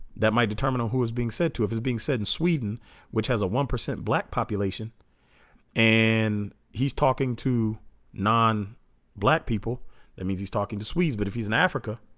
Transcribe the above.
that might determine on who was being said to if is being said in sweden which has a one percent black population and he's talking to non black people that means he's talking to squeeze but if he's in africa